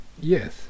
Yes